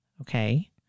Okay